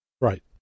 Right